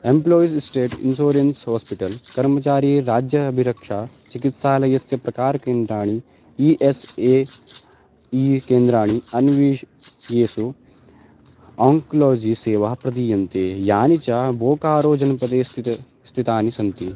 employees state insurance hospital कर्मचारीराज्य अभिरक्षाचिकित्सालयस्य प्रकारकेन्द्राणि ई एस् ए ई केन्द्राणि अन्विष येषु ओङ्क्लोजी सेवाः प्रदीयन्ते यानि च बोकारोजनपदे स्थित स्थितानि सन्ति